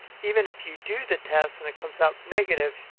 even if you do the test and it comes out negative,